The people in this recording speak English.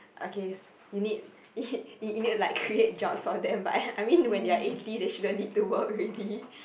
okay you need you you need like create jobs for them but I I mean when you're eighty you shouldn't need to work already